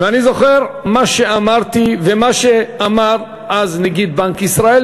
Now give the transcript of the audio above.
אני זוכר מה שאמרתי ומה שאמר אז נגיד בנק ישראל,